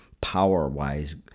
power-wise